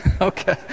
Okay